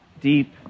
deep